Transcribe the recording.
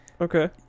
Okay